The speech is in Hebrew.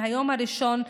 מהיום הראשון,